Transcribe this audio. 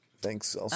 Thanks